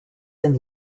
and